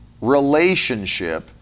relationship